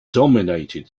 dominated